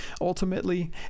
Ultimately